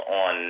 on